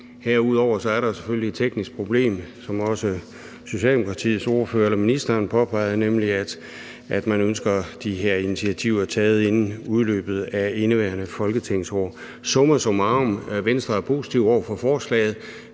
Herudover er der jo selvfølgelige et teknisk problem, som også Socialdemokratiets ordfører eller ministeren påpegede, nemlig at man ønsker de her initiativer taget inden udløbet af indeværende folketingsår. Summa summarum, Venstre er positive over for forslaget.